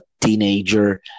teenager